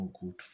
good